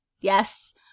yes